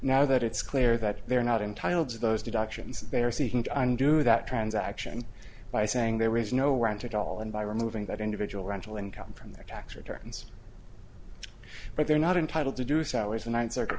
now that it's clear that they are not entitled to those deductions they are seeking to undo that transaction by saying there is no rant at all and by removing that individual rental income from their tax returns but they're not entitled to do is hours a night circuit